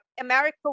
America